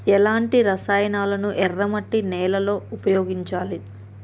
ఎలాంటి రసాయనాలను ఎర్ర మట్టి నేల లో ఉపయోగించాలి?